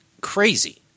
crazy